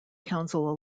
council